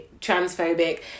transphobic